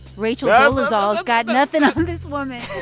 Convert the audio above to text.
rachel ah dolezal's got nothing on this woman